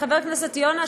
חבר הכנסת יונה,